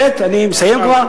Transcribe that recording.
אני מסיים כבר ב.